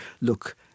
look